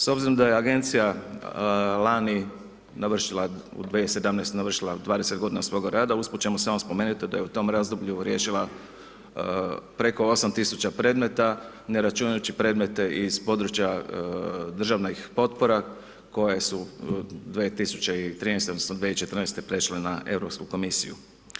S obzirom da je agencija lani navršila u 2017. navršila 20 godina svoga rada usput ćemo samo spomenuti da je u tom razdoblju riješila preko 8 tisuća predmeta ne računajući predmete iz područja državnih potpora koje su 2013., odnosno 2014. prešle na Europsku komisiju.